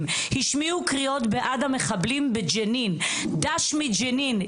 השמיעו קריאות בעד המחבלים בג'נין 'ד"ש מג'נין,